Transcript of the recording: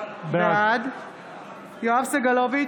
בעד יואב סגלוביץ'